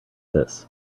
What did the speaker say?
this